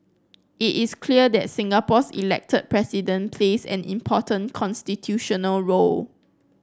it is clear that Singapore's elected President plays an important constitutional role